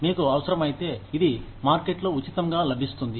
మీకు అవసరమైతే ఇది మార్కెట్లో ఉచితంగా లభిస్తుంది